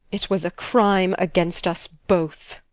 it was a crime against us both.